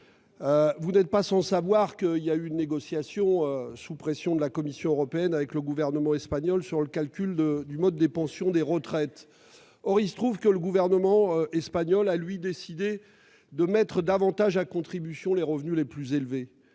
Vous n'êtes pas sans savoir qu'il y a eu une négociation, sous pression de la Commission européenne, avec le gouvernement espagnol sur le mode de calcul des pensions de retraite. Or il se trouve que le gouvernement espagnol a, lui, décidé de mettre davantage à contribution les revenus les plus élevés.